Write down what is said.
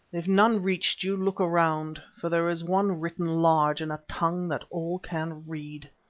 if none reached you, look around, for there is one written large in a tongue that all can read.